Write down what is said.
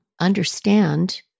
understand